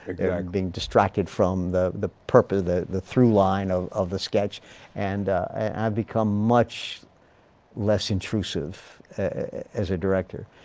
they're being distracted from the the purpose of, the the through line of of the sketch and i've become much less intrusive as a director.